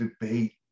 debate